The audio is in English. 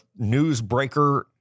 newsbreaker